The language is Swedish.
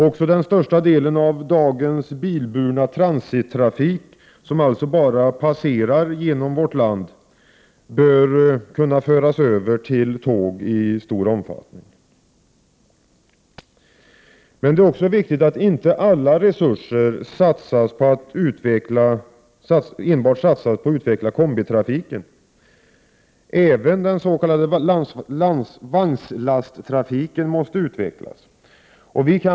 Också den största delen av dagens bilburna transittrafik, som alltså bara passerar genom vårt land, bör kunna överföras till tåg i stor omfattning. Men det är viktigt att inte alla resurser satsas enbart på att utveckla kombitrafiken. Även den s.k. vagnslasttrafiken måste utvecklas.